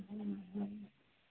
ହୁଁ ହୁଁ